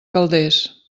calders